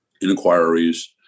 inquiries